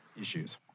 issues